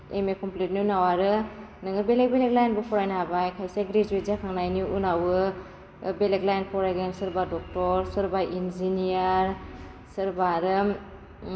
M A कमप्लिटनि उनाव आरो नोङो बेलेग बेलेग लाइनबो फरायनो हाबाय खायसे ग्रेजुयेट जाखांनायनि उनावबो बेलेग लाइन फरायगोन सोरबा डक्ट'र सोरबा इन्जिनियार सोरबा आरो